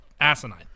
asinine